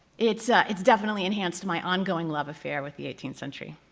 it's ah it's definitely enhanced my ongoing love affair with the eighteenth century.